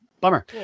bummer